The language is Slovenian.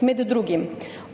Med drugim: